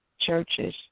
churches